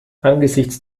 angesichts